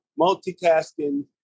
Multitasking